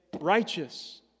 righteous